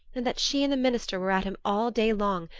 and that she and the minister were at him all day long,